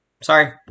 Sorry